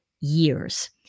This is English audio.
years